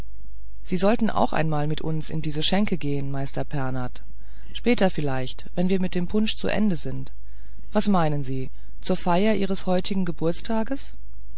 sie sollten auch einmal mit uns in diese schenke gehen meister pernath später vielleicht wenn wir mit dem punsch zu ende sind was meinen sie zur feier ihres heutigen